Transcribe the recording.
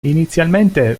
inizialmente